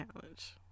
challenge